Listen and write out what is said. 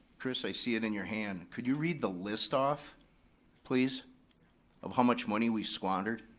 chris, i see it in your hand. could you read the list off please of how much money we squandered?